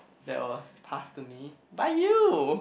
that was passed to me by you